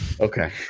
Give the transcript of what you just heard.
okay